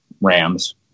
rams